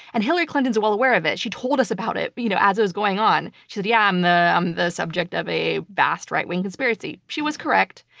and hillary clinton's well aware of it. she told us about it you know as it was going on. she said, yeah, i'm the i'm the subject of a vast, right-wing conspiracy. she was correct.